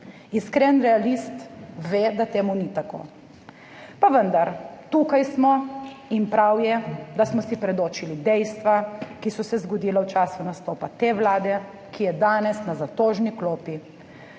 Iskren realist ve, da to ni tako. Pa vendar, tukaj smo in prav je, da smo si predočili dejstva, ki so se zgodila v času nastopa te vlade, ki je danes na zatožni klopi.